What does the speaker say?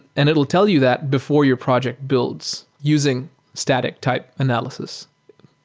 and it'll tell you that before your project builds using static type analysis.